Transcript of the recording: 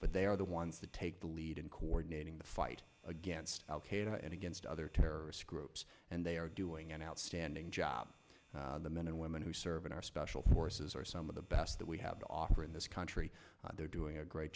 but they are the ones that take the lead in coordinating the fight against al qaeda and against other terrorist groups and they are doing an outstanding job the men and women who serve in our special forces are some of the best that we have to offer in this country and they're doing a great